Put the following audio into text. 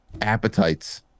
appetites